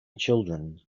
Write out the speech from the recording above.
children